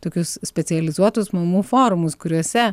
tokius specializuotus mamų forumus kuriuose